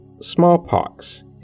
smallpox